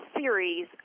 series